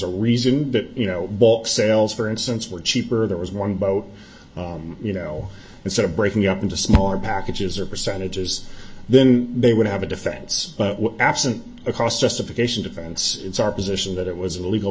a reason that you know book sales for instance were cheaper there was one about you know instead of breaking up into smaller packages or percentages then they would have a defense but absent a cost justification defense it's our position that it was an illegal